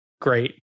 Great